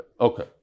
Okay